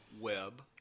Web